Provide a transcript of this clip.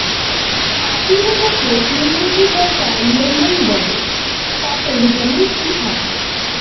পাতিলেবুকে ইংরেজি ভাষায় লেমন বলে তাতে ভিটামিন সি থাকে